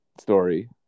story